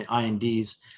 INDs